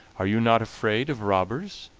are you not afraid of robbers?